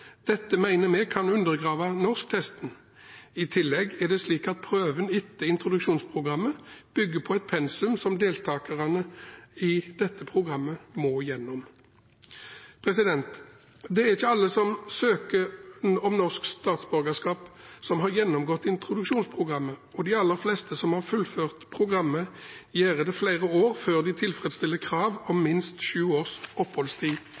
Dette mener vi kan undergrave norsktesten. I tillegg er det slik at prøven etter introduksjonsprogrammet bygger på et pensum som deltakerne i dette programmet må gjennom. Det er ikke alle som søker om norsk statsborgerskap som har gjennomgått introduksjonsprogrammet, og de aller fleste som har fullført programmet, gjør det flere år før de tilfredsstiller krav om minst sju års oppholdstid